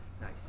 Nice